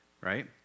right